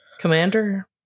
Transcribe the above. Commander